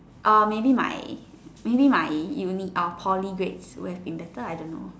orh maybe my maybe my uni orh Poly grades would have been better I don't know